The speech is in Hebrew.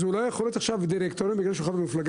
אז הוא לא יכול להיות דירקטוריון בגלל שהוא חבר מפלגה?